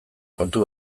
kontu